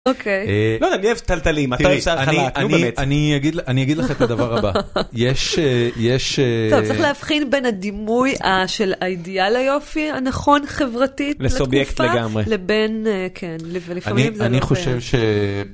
אוקיי. לא יודע, אני אוהב תלתלים, אתה אוהב שיער חלק, נו, באמת. אני אגיד לך את הדבר הבא, יש... טוב, צריך להבחין בין הדימוי של האידיאל היופי הנכון חברתית לתקופה... לסובייקט לגמרי. לבין, כן, ולפעמים זה לא... אני חושב ש...